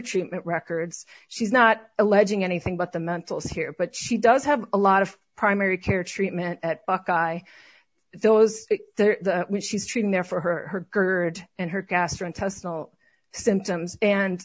treatment records she's not alleging anything but the mentals here but she does have a lot of primary care treatment at buckeye those which she's treating there for her gerd and her gastrointestinal symptoms and